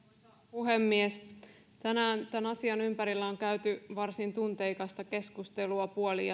puhemies tänään tämän asian ympärillä on käyty varsin tunteikasta keskustelua puolin